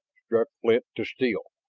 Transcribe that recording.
struck flint to steel,